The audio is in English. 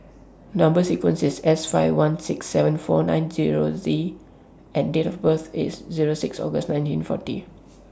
Number sequence IS S five one six seven four nine Zero Z and Date of birth IS Zero six August nineteen forty